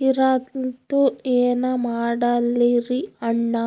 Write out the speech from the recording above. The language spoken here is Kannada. ಹೀರಲ್ತು, ಏನ ಮಾಡಲಿರಿ ಅಣ್ಣಾ?